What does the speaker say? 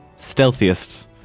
stealthiest